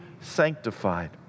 sanctified